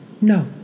No